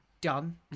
done